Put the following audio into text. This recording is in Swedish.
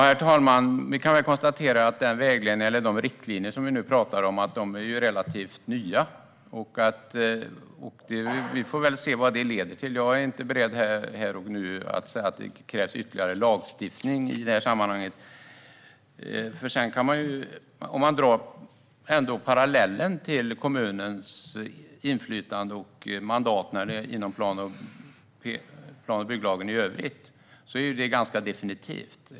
Herr talman! De riktlinjer som vi nu pratar om är ju relativt nya. Vi får väl se vad de leder till. Jag är inte beredd att här och nu säga att det krävs ytterligare lagstiftning här. Man kan dra parallellen till kommunens inflytande och mandat inom plan och bygglagen i övrigt som är ganska definitivt.